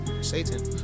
Satan